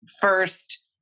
first